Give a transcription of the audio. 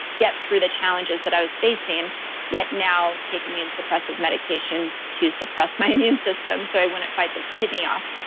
get through the challenges that i was facing yet now take immune suppressive medication to suppress my immune system so i wouldn't fight this kidney off.